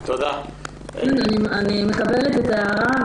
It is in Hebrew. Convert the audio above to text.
אני מקבלת את ההערה.